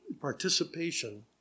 participation